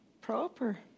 proper